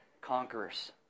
conquerors